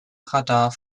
radar